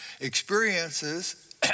Experiences